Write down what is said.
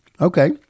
Okay